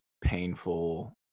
painful